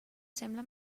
sembla